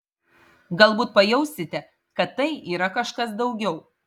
galbūt pajausite kad tai yra kažkas daugiau